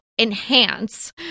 enhance